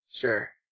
Sure